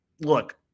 look